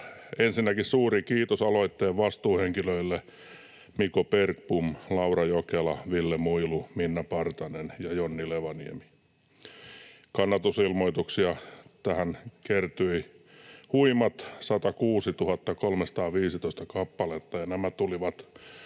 Ensinnäkin suuri kiitos aloitteen vastuuhenkilöille Miko Bergbom, Laura Jokela, Ville Muilu, Minna Partanen ja Jonni Levaniemi. Kannatusilmoituksia tähän kertyi huimat 106 315 kappaletta, ja nämä tulivat